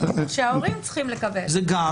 שההורים צריכים לקבל.